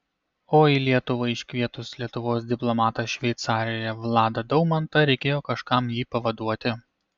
o į lietuvą iškvietus lietuvos diplomatą šveicarijoje vladą daumantą reikėjo kažkam jį pavaduoti